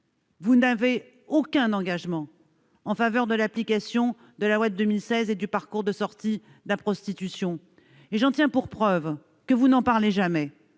Vous ne prenez aucun engagement en faveur de l'application de ce texte et du parcours de sortie de la prostitution. J'en veux pour preuve que vous n'en parlez jamais.